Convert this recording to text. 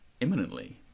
imminently